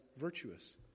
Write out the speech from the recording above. virtuous